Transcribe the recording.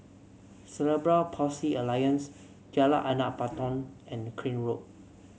Cerebral Palsy Alliance Jalan Anak Patong and Crane Road